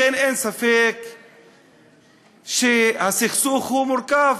לכן, אין ספק שהסכסוך הוא מורכב.